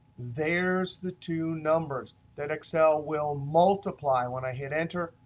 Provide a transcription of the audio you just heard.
there's the two numbers that excel will multiply when i hit enter.